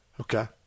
Okay